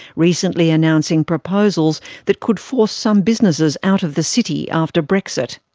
recently announcing proposals that could force some businesses out of the city after brexit.